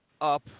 up